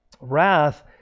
Wrath